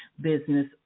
business